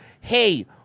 hey